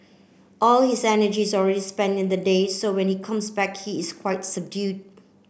all his energy is already spent in the day so when he comes back he is quite subdued